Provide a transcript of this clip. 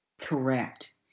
Correct